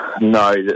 No